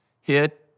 hit